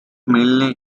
mainly